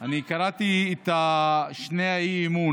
אני קראתי את שתי הצעות האי-אמון,